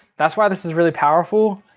that's why this is really powerful.